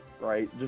right